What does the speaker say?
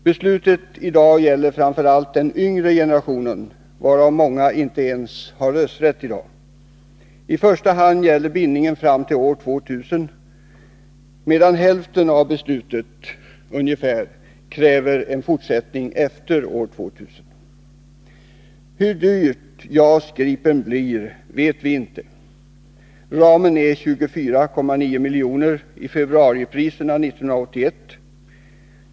Beslutet i dag gäller framför allt den yngre generationen, varav många inte ens har rösträtt i dag. I första hand gäller bindningen fram till år 2000, medan ungefär hälften av beslutet kräver en fortsättning efter år 2000. Hur dyrt JAS 39 Gripen blir vet vi inte. Ramen är 24,9 milj.kr. i prisläget februari 1981.